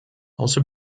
also